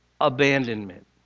abandonment